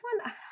one